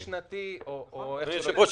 אדוני היושב-ראש,